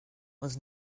was